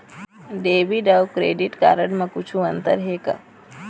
Debit अऊ credit card म कुछू अंतर हे का?